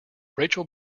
rachel